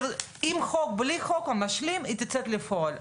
בלי החוק המשלים היא תצא לפועל,